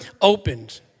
opened